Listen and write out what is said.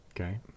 Okay